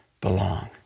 belong